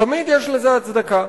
תמיד יש לזה הצדקה,